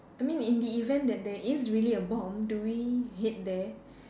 I mean in the event that there is really a bomb do we head there